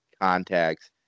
contacts